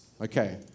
okay